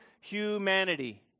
humanity